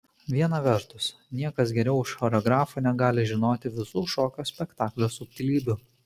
viena vertus niekas geriau už choreografą negali žinoti visų šokio spektaklio subtilybių